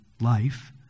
life